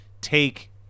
take